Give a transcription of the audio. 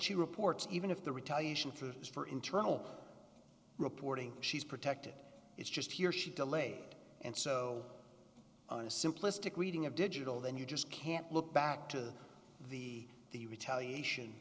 she reports even if the retaliation for it is for internal reporting she's protected it's just here she delayed and so on a simplistic reading of digital then you just can't look back to the the retaliation